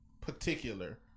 particular